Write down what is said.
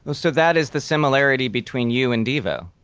but so that is the similarity between you and devo?